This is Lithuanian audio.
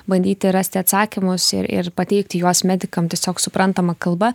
bandyti rasti atsakymus ir ir pateikti juos medikam tiesiog suprantama kalba